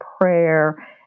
prayer